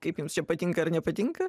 kaip jums čia patinka ar nepatinka